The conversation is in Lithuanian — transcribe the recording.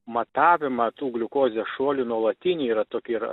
matavimą tų gliukozės šuolių nuolatinį tokie yra